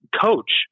coach